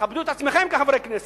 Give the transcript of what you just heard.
תכבדו את עצמכם כחברי כנסת,